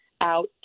out